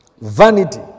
Vanity